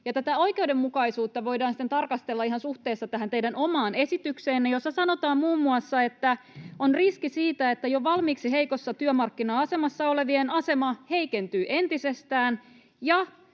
Tätä oikeudenmukaisuutta voidaan siten tarkastella ihan suhteessa tähän teidän omaan esitykseenne, jossa sanotaan muun muassa, että on riski siitä, että jo valmiiksi heikossa työmarkkina-asemassa olevien asema heikentyy entisestään